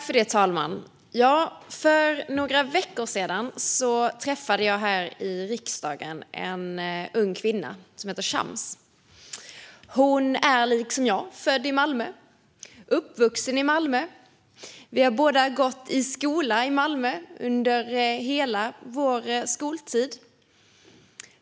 Fru talman! För några veckor sedan träffade jag här i riksdagen en ung kvinna. Hon är liksom jag född och uppvuxen i Malmö. Vi har båda gått i skola i Malmö under hela vår skoltid.